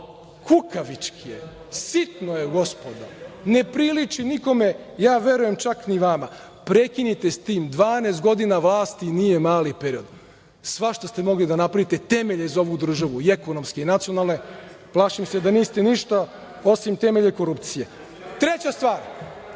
kukavički je. Sitno je, gospodo. Ne priliči nikome, ja verujem čak ni vama. Prekinite sa tim. Dvanaest godina vlasti nije mali period. Svašta ste mogli da napravite, temelje za ovu državu, i ekonomske i nacionalne. Plašim se da niste ništa osim temelje korupcije. Treća stvar